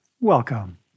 welcome